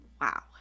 wow